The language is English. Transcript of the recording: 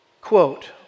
Quote